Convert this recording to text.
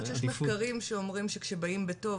יש מחקרים שאומרים שכשבאים בטוב,